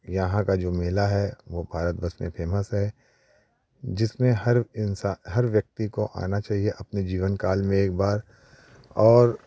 यहाँ का जो मेला है वो भारतवर्ष में फेमस है जिसमें हर इंसान हर व्यक्ति को आना चाहिए अपने जीवन काल में एक बार और